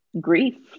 grief